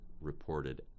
reported